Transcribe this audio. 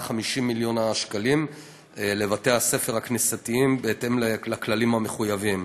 50 מיליון השקלים לבתי-הספר הכנסייתיים בהתאם לכללים המחויבים.